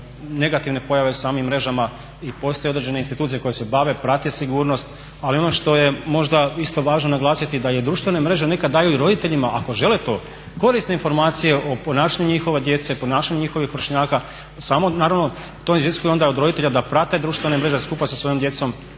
negativne pojave u samim mrežama i postoje određene institucije koje se bave, prate sigurnost. Ali ono što je možda isto važno naglasiti da društvene mreže nekad daju i roditeljima ako žele to korisne informacije o ponašanju njihove djece, ponašanju njihovih vršnjaka, samo naravno to iziskuje onda od roditelja da prate društvene mreže skupa sa svojom djecom,